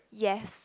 yes